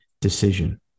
decision